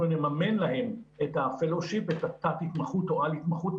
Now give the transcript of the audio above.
נממן להם את ה-fellowship ואת התת-התמחות או על-התמחות,